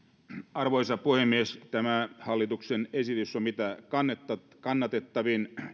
arvoisa puhemies tämä hallituksen esitys on mitä kannatettavin